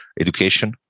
education